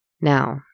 Now